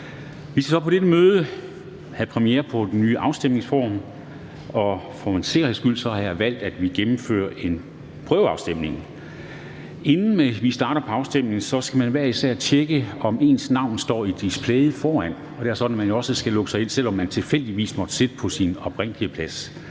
Vi skal så på dette møde have præmiere på det nye afstemningsform, og for en sikkerheds skyld har jeg valgt, at vi gennemfører en prøveafstemning. Inden vi starter på afstemningen, skal man hver især tjekke, om ens navn står i displayet foran, og det er jo sådan, at man også skal logge sig ind, selv om man tilfældigvis måtte sidde på sin oprindelige plads.